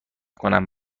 کنم